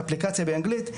אפליקציה באנגלית.